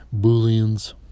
booleans